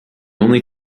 only